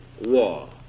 war